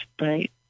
right